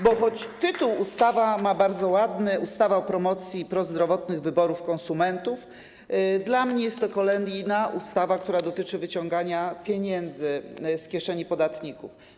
Bo choć tytuł ustawa ma bardzo ładny - ustawa o promocji prozdrowotnych wyborów konsumentów - dla mnie jest to kolejna ustawa, która dotyczy wyciągania pieniędzy z kieszeni podatników.